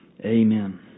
Amen